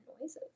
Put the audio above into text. noises